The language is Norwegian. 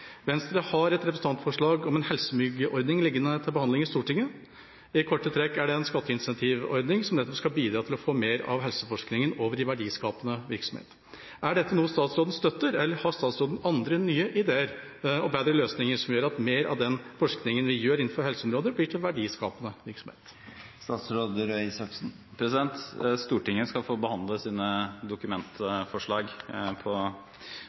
Venstre har et representantforslag om en helsemyggordning liggende til behandling i Stortinget. Det er, i korte trekk, en skatteincentivordning som skal bidra til nettopp å få mer av helseforskningen over i verdiskapende virksomhet. Er dette noe statsråden støtter, eller har statsråden andre, nye ideer og bedre løsninger, som gjør at mer av den forskningen vi gjør innenfor helseområdet, blir til verdiskapende virksomhet? Stortinget skal få behandle sine dokumentforslag på